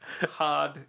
hard